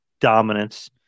dominance